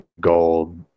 gold